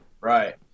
Right